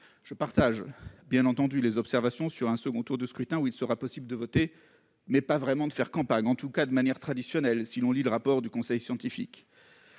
entendu à mon compte les observations sur un second tour de scrutin où il sera possible de voter, mais pas vraiment de faire campagne, en tout cas de manière traditionnelle ; il n'est qu'à lire le rapport du conseil scientifique